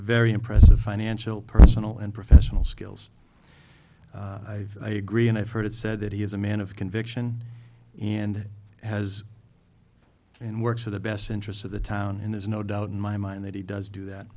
very impressive financial personal and professional skills i've i agree and i've heard it said that he is a man of conviction and has and works for the best interests of the town and there's no doubt in my mind that he does do that